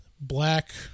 black